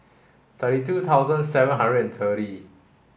thirty two thousand seven hundred and thirty